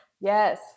Yes